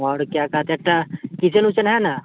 और क्या कहते हैं ट किचन विचन है ना